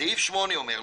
סעיף 8 אומר,